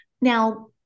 Now